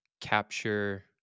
capture